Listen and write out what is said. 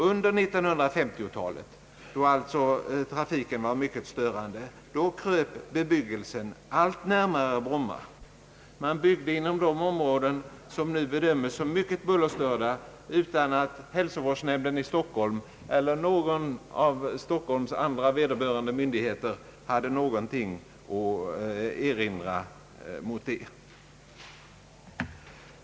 Under 1950-talet, då trafiken alltså var i hög grad störande, kröp bebyggelsen allt närmare Brommafältet. Det byggdes i stor utsträckning inom de områden, som nu anses vara alltför bullerstörda, utan att hälsovårdsnämnden i Stockholm eller någon av Stockholms andra vederbörande myndigheter hade någonting att erinra däremot.